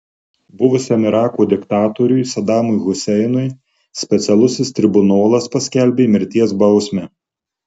buvusiam irako diktatoriui sadamui huseinui specialusis tribunolas paskelbė mirties bausmę